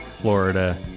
Florida